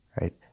right